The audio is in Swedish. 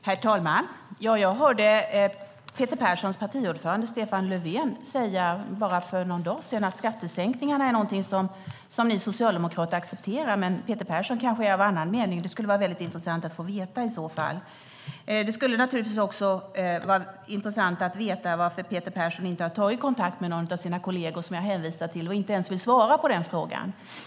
Herr talman! Jag hörde Peter Perssons partiordförande Stefan Löfven säga bara för någon dag sedan att skattesänkningarna är något ni socialdemokrater accepterar, men Peter Persson kanske är av en annan mening. Det skulle vara väldigt intressant att få veta i så fall. Det skulle naturligtvis också vara intressant att veta varför Peter Persson inte har tagit kontakt med någon av sina kolleger som jag hänvisade till. Han vill inte ens svara på den frågan.